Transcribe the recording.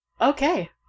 Okay